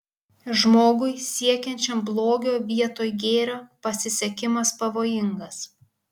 žmogui siekiančiam blogio vietoj gėrio pasisekimas pavojingas